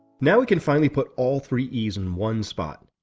now we can finally put all three e s in one spot.